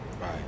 Right